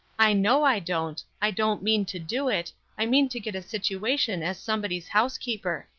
i know i don't i don't mean to do it i mean to get a situation as somebody's housekeeper.